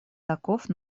таков